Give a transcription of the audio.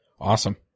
Awesome